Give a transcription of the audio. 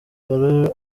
dore